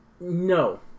No